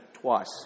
twice